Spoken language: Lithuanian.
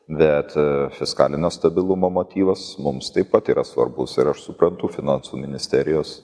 bet fiskalinio stabilumo motyvas mums taip pat yra svarbus ir aš suprantu finansų ministerijos